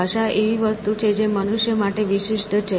ભાષા એવી વસ્તુ છે જે મનુષ્ય માટે વિશિષ્ટ છે